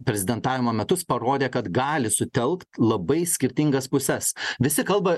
prezidentavimo metus parodė kad gali sutelkt labai skirtingas puses visi kalba